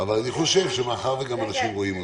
אבל מאחר שאנשים רואים אותנו,